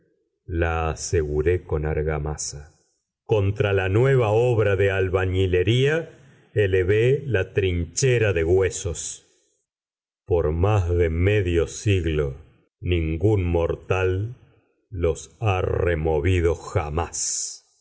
la aseguré con argamasa contra la nueva obra de albañilería elevé la trinchera de huesos por más de medio siglo ningún mortal los ha removido jamás